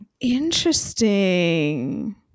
Interesting